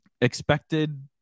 expected